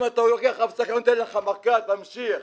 אם אתה לוקח הפסקה, נותן לך מכה - תמשיך.